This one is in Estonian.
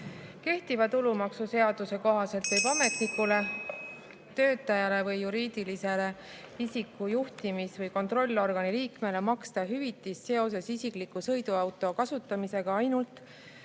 Kehtiva tulumaksuseaduse kohaselt võib ametnikule, töötajale või juriidilise isiku juhtimis- või kontrollorgani liikmele maksta hüvitist seoses isikliku sõiduauto kasutamisega ainult